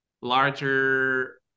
larger